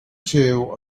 two